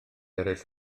eraill